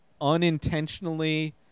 unintentionally